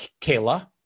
Kayla